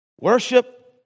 Worship